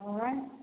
आँय